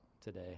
today